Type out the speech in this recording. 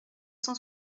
cent